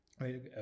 right